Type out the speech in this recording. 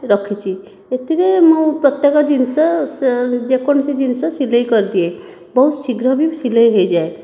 ରଖିଛି ଏଥିରେ ମୁଁ ପ୍ରତ୍ୟେକ ଜିନିଷ ଯେକୌଣସି ଜିନିଷ ସିଲେଇ କରିଦିଏ ବହୁତ ଶୀଘ୍ର ବି ସିଲେଇ ହୋଇଯାଏ